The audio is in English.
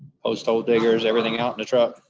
post hole diggers everything out in the truck.